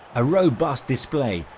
a robust display,